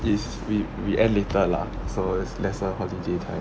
is we we end later lah so is lesser holiday time